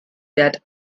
that